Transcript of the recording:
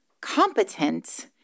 competent